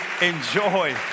enjoy